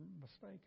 mistaken